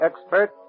expert